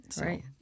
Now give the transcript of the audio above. Right